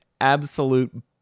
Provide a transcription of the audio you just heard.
absolute